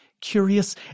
curious